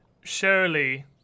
Surely